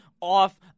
off-